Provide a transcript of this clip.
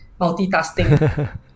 multitasking